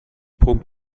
brummt